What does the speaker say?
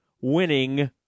winning